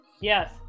Yes